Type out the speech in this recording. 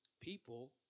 people